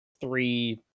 three